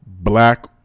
Black